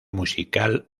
musical